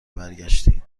برگشتی